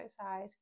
outside